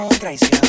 traición